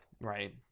Right